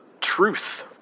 Truth